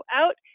out